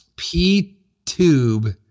P-tube